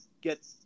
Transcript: get